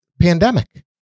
pandemic